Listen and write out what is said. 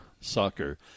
soccer